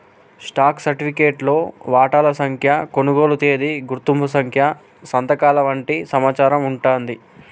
stock సర్టిఫికేట్లో వాటాల సంఖ్య, కొనుగోలు తేదీ, గుర్తింపు సంఖ్య సంతకాలు వంటి సమాచారం వుంటాంది